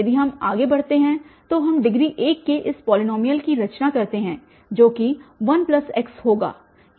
यदि हम आगे बढ़ते हैं तो हम डिग्री 1 के इस पॉलीनॉमियल की रचना करते हैं जो कि 1x होगा